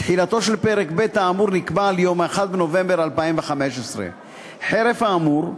תחילתו של פרק ב' האמור נקבעה ליום 1 בנובמבר 2015. חרף האמור,